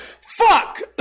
Fuck